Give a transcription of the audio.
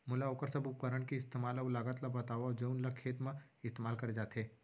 मोला वोकर सब उपकरण के इस्तेमाल अऊ लागत ल बतावव जउन ल खेत म इस्तेमाल करे जाथे?